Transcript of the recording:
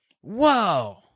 Whoa